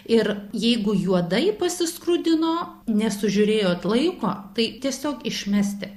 ir jeigu juodai pasiskrudino nesužiūrėjot laiko tai tiesiog išmesti